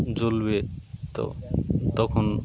জ্বলবে তো তখন